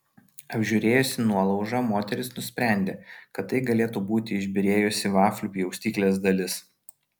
apžiūrėjusi nuolaužą moteris nusprendė kad tai galėtų būti išbyrėjusi vaflių pjaustyklės dalis